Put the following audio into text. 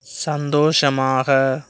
சந்தோஷமாக